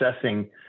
assessing